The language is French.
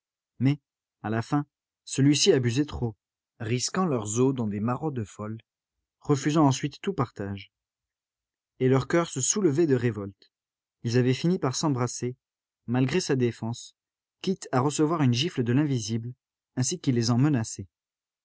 mais à la fin celui-ci abusait trop risquant leurs os dans des maraudes folles refusant ensuite tout partage et leur coeur se soulevait de révolte ils avaient fini par s'embrasser malgré sa défense quittes à recevoir une gifle de l'invisible ainsi qu'il les en